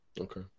Okay